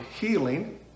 healing